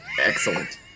Excellent